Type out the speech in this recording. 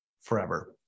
forever